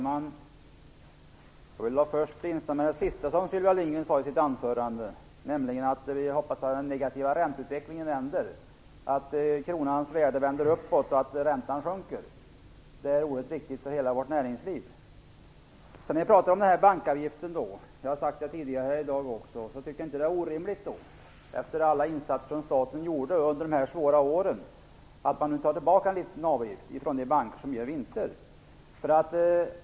Herr talman! Jag vill först instämma med det som Sylvia Lindgren avslutade sitt anförande med, nämligen att hon hoppades att den negativa ränteutvecklingen skulle vända, att kronans värde skulle vända uppåt och att räntan därmed skulle sjunka. Det är oerhört viktigt för hela vårt näringsliv. Efter alla insatser som staten gjorde under de svåra åren tycker jag inte att det vore orimligt att ta ut en liten avgift från de banker som nu gör vinster.